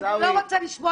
השאלה היא לא פה.